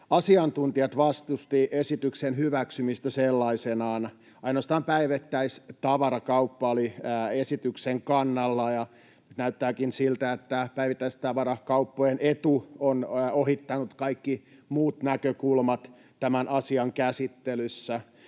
asiantuntijat vastustivat esityksen hyväksymistä sellaisenaan. Ainoastaan päivittäistavarakauppa oli esityksen kannalla, ja näyttääkin siltä, että päivittäistavarakauppojen etu on ohittanut kaikki muut näkökulmat tämän asian käsittelyssä,